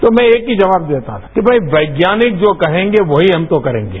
तो मैं एक ही जवाब देता हूं वैज्ञानिक जो कहेंगे वही हम तो करेंगे